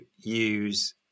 use